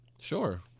Sure